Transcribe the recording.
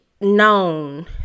known